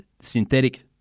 synthetic